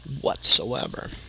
whatsoever